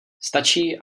stačí